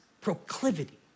proclivity